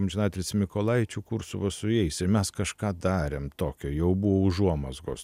amžinatilsio mykolaičio kursų o su jais ir mes kažką darėm tokio jau buvo užuomazgos to